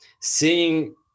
seeing